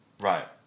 Right